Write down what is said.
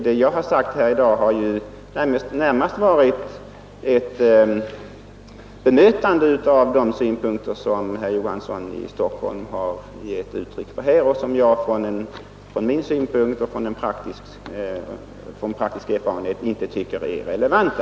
Det jag har sagt här i dag har närmast varit ett bemötande av de synpunkter som herr Olof Johansson i Stockholm gett uttryck åt här och som jag från min synpunkt och från min praktiska erfarenhet inte tycker är relevanta.